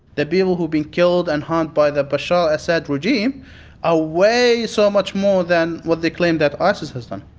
the people who have been killed and hurt by the bashar al-assad regime ah way so much more than what they claim that isis has done.